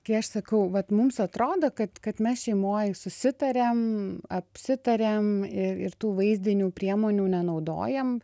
kai aš sakau vat mums atrodo kad kad mes šeimoj susitariam apsitariam ir ir tų vaizdinių priemonių nenaudojam